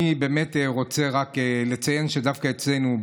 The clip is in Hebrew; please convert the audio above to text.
אני באמת רוצה לציין שדווקא אצלנו,